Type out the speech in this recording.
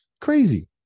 crazy